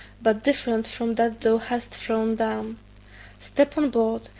but different from that thou hast thrown down step on board,